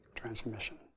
Transmission